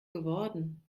geworden